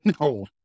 no